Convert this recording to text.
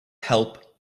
help